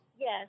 Yes